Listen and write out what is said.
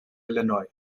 illinois